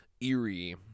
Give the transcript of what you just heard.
eerie